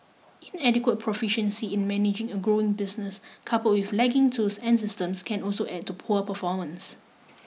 inadequate proficiency in managing a growing business couple with lagging tools and systems can also add to poor performance